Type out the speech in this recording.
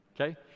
Okay